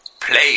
play